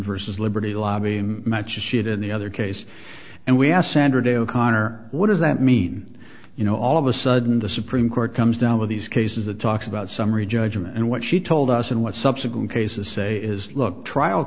versus liberty lobby match a seat in the other case and we asked sandra day o'connor what does that mean you know all of a sudden the supreme court comes down with these cases of talks about summary judgment and what she told us and what subsequent cases say is look trial